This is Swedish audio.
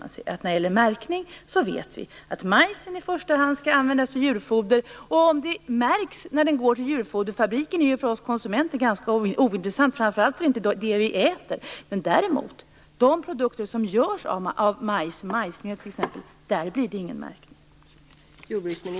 När det gäller märkning vet vi dessutom att majsen i första hand skall användas till djurfoder, och det är ju ganska ointressant för oss konsumenter om den märks när den går till djurfoderfabriken eftersom vi inte äter detta. Men det blir däremot ingen märkning av de produkter som görs av majs, t.ex. majsmjöl.